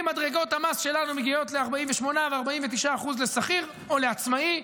אם מדרגות המס שלנו מגיעות ל-48% ו-49% לשכיר או לעצמאי,